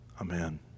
Amen